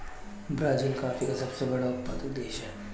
Brazil coffee का सबसे बड़ा उत्पादक देश है